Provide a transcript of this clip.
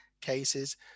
cases